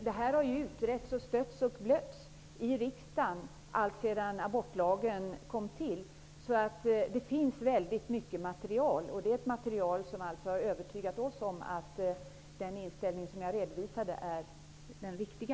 Detta har ju stötts och blötts i riksdagen alltsedan abortlagen kom till. Det finns därför mycket material. Det är ett material som har övertygat oss om att den inställning som jag redovisade är den riktiga.